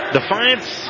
Defiance